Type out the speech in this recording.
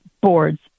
boards